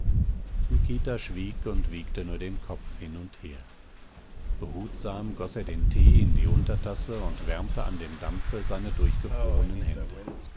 nikita schwieg und wiegte nur den kopf hin und her behutsam goß er den tee in die untertasse und wärmte an dem dampfe seine durchgefrorenen hände